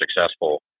successful